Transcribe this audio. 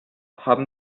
haben